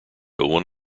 one